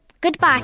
Goodbye